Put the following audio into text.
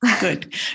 Good